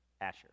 Asher